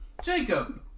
Jacob